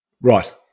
Right